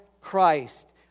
Christ